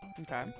Okay